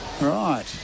Right